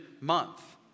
month